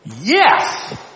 yes